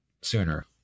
sooner